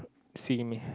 see me